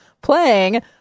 playing